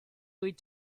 wyt